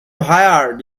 hired